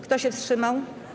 Kto się wstrzymał?